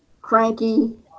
cranky